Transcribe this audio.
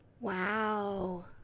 Wow